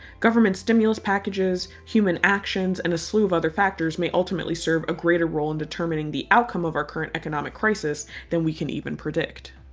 government stimulus packages, human actions, and a slew of other factors may ultimately serve a greater role in determining the outcome of our current economic crisis than we can even predict.